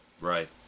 Right